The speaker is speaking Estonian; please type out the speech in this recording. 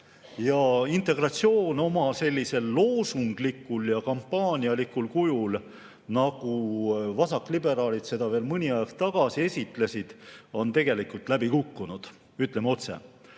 Integratsioon oma sellisel loosunglikult kampaanialikul kujul, nagu vasakliberaalid seda veel mõni aeg tagasi esitasid, on tegelikult läbi kukkunud, ütleme otse.